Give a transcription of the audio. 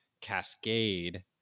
cascade